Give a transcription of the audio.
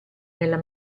nella